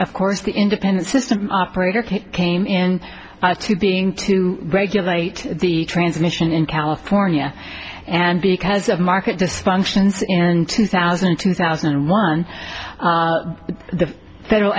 of course the independent system operator came in to being to regulate the transmission in california and because of market dysfunctions in two thousand two thousand and one the federal